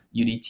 UDT